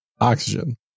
oxygen